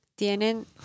¿Tienen